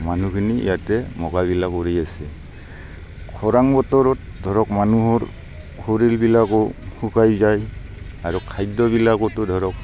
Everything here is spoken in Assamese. মানুহখিনি ইয়াতে মোকাবিলা কৰি আছে খৰাং বতৰত ধৰক মানুহৰ শৰীৰবিলাকো শুকাই যায় আৰু খাদ্যবিলাকতো ধৰক